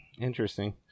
Interesting